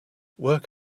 work